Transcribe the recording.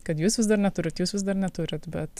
kad jūs vis dar neturit jūs vis dar neturit bet